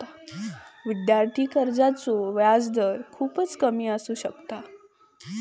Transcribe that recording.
विद्यार्थी कर्जाचो व्याजदर खूपच कमी असू शकता